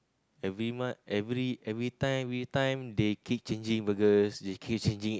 every month every every time every time they keep changing burgers they keep changing